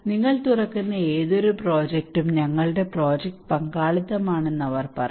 നിങ്ങൾ തുറക്കുന്ന ഏതൊരു പ്രോജക്റ്റും ഞങ്ങളുടെ പ്രോജക്റ്റ് പങ്കാളിത്തമാണെന്ന് അവർ പറയും